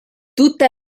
tutta